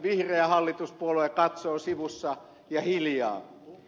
vihreä hallituspuolue katsoo sivussa ja hiljaa